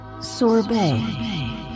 Sorbet